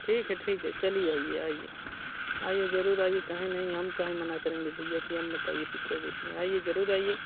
ठीक है ठीक है चलिए आइए आइए आइए ज़रूर आइए काहे नहीं हम काहे मना करेंगे भैया कि आप मत आइए पिक्चर देखने आइए ज़रूर आइए